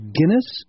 Guinness